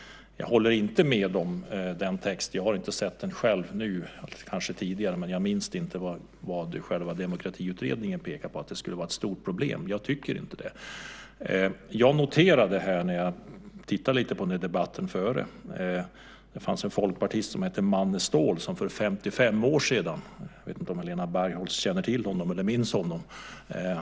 Jag håller inte med om den text som lästes upp. Jag har inte sett den själv nu. Kanske har jag sett den tidigare, men jag minns inte att Demokratiutredningen själv pekat på att detta skulle vara ett stort problem. Jag tycker inte det. När jag lite grann tittat på debatten tidigare noterade jag vad folkpartisten Manne Ståhl för 55 år sedan sade. Jag vet inte om Helena Bargholtz känner till eller minns honom.